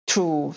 True